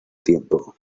tiempo